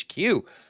HQ